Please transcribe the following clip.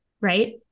Right